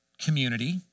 community